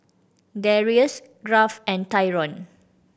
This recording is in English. Darrius Garth and Tyrone